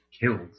killed